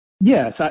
Yes